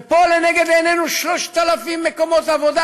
ופה לנגד עינינו 3,000 מקומות עבודה.